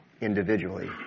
individually